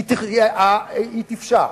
היא תפשע.